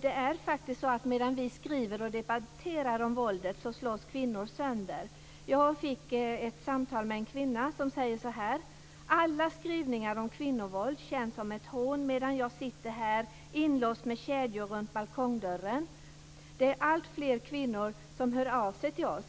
Det är faktiskt så att medan vi skriver och debatterar om våldet slås kvinnor sönder. Jag fick ett samtal från en kvinna som säger så här: Alla skrivningar om kvinnovåld känns som ett hån, medan jag sitter inlåst här, med kedjor runt balkongdörren. Det är alltfler kvinnor som hör av sig till oss.